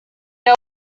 know